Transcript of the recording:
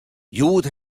hjoed